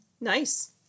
nice